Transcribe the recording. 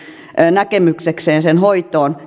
näkemyksekseen sen hoitoon